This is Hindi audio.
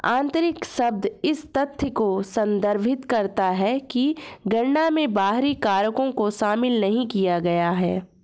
आंतरिक शब्द इस तथ्य को संदर्भित करता है कि गणना में बाहरी कारकों को शामिल नहीं किया गया है